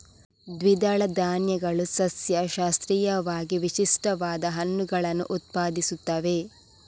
ದ್ವಿದಳ ಧಾನ್ಯಗಳು ಸಸ್ಯಶಾಸ್ತ್ರೀಯವಾಗಿ ವಿಶಿಷ್ಟವಾದ ಹಣ್ಣುಗಳನ್ನು ಉತ್ಪಾದಿಸುತ್ತವೆ